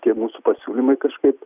tie mūsų pasiūlymai kažkaip